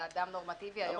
לאדם נורמטיבי.